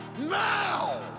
now